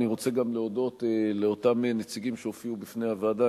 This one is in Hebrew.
אני רוצה גם להודות לאותם נציגים שהופיעו בפני הוועדה,